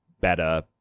better